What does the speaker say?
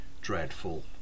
dreadful